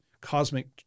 cosmic